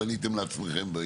האמנה אתם בניתם לעצמכם.